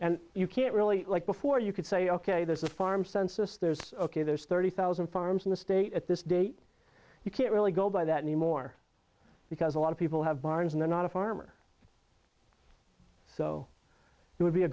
and you can't really like before you could say ok this is farm census there's ok there's thirty thousand farms in the state at this date you can't really go by that anymore because a lot of people have barns and they're not a farmer so it would be a